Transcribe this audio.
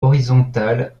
horizontales